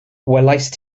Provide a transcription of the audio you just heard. welaist